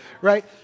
right